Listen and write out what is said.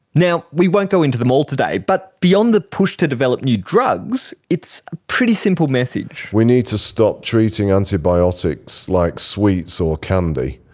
now, we won't go into them all today, but beyond the push to develop new drugs, it's a pretty simple message. we need to stop treating antibiotics like sweets or candy,